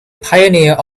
pioneer